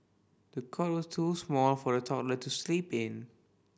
the cot was too small for the toddler to sleep in